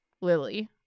Lily